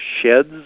sheds